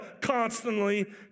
constantly